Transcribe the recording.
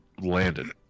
landed